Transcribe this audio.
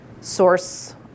source